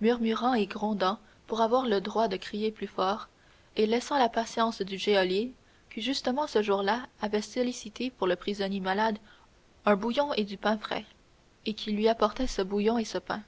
murmurant et grondant pour avoir le droit de crier plus fort et lassant la patience du geôlier qui justement ce jour-là avait sollicité pour le prisonnier malade un bouillon et du pain frais et qui lui apportait ce bouillon et ce pain